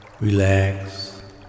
Relax